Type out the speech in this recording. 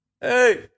Hey